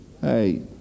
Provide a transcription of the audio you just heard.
Hey